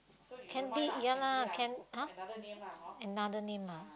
Candy ya lah can !huh! another name ah